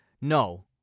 No